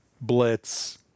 blitz